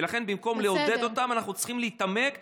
ולכן, במקום לעודד אותם אנחנו צריכים לראות,